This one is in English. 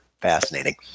fascinating